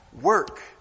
work